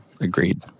Agreed